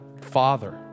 father